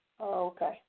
Okay